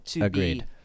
agreed